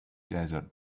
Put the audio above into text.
desert